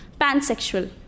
Pansexual